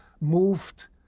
moved